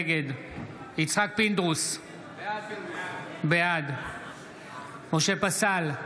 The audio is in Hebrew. נגד יצחק פינדרוס, בעד משה פסל,